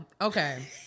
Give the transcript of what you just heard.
Okay